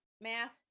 math